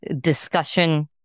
discussion